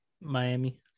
Miami